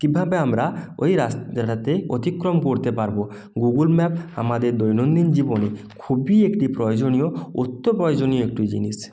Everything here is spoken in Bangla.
কীভাবে আমরা ওই রাস্তাটাতে অতিক্রম করতে পারবো গুগল ম্যাপ আমাদের দৈনন্দিন জীবনে খুবই একটি প্রয়োজনীয় অত্যপয়োজনীয় একটি জিনিস